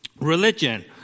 Religion